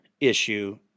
issue